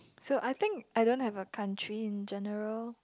so I think I don't have a country in general